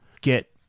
get